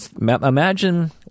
Imagine